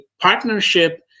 partnership